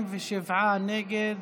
47 נגד.